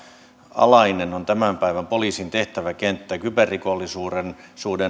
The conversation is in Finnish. alainen on tämän päivän poliisin tehtäväkenttä kyberrikollisuuden